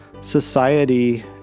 society